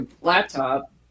laptop